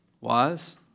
Wise